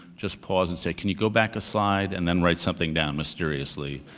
just pause and say, can you go back a slide? and then write something down mysteriously,